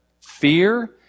fear